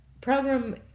program